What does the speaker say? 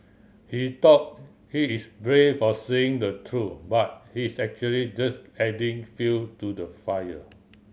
he thought he is brave for saying the truth but he is actually just adding fuel to the fire